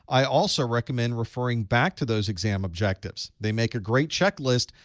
i also recommend referring back to those exam objectives. they make a great checklist,